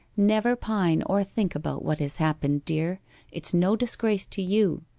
never pine or think about what has happened, dear it's no disgrace to you.